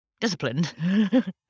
disciplined